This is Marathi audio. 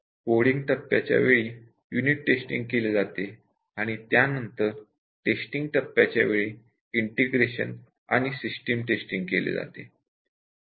कोडींग टप्प्याच्या वेळी युनिट टेस्टिंग आणि त्यानंतर टेस्टिंग टप्प्याच्या वेळी इंटिग्रेशन आणि सिस्टिम टेस्टिंग केले जाते